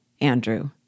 Andrew